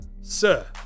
Sir